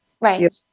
Right